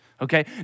okay